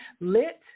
Lit